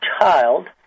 child